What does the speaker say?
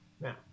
now